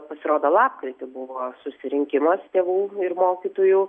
pasirodo lapkritį buvo susirinkimas tėvų ir mokytojų